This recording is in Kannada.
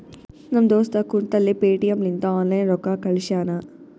ನಮ್ ದೋಸ್ತ ಕುಂತಲ್ಲೇ ಪೇಟಿಎಂ ಲಿಂತ ಆನ್ಲೈನ್ ರೊಕ್ಕಾ ಕಳ್ಶ್ಯಾನ